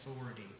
authority